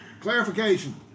Clarification